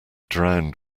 drowned